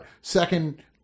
second